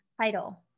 title